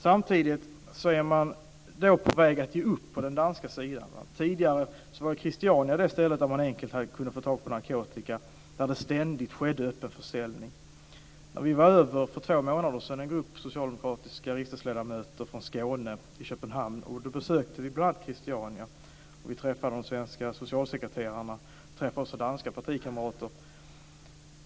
Samtidigt är man på väg att ge upp på den danska sidan. Tidigare kunde man enkelt få tag på narkotika i Christiania där det ständigt skedde en öppen försäljning. En grupp socialdemokratiska riksdagsledamöter från Skåne var över till Köpenhamn för två månader sedan och besökte bl.a. Christiania. Vi träffade då de svenska socialsekreterarna och danska partikamrater.